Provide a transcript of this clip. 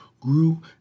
grew